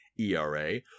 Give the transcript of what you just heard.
ERA